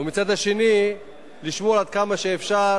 ומהצד השני לשמור כמה שאפשר